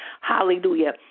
Hallelujah